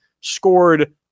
scored